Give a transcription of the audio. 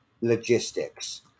logistics